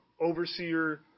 overseer